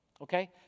Okay